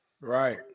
Right